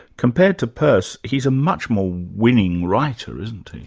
compared to peirce, he's a much more winning writer, isn't he?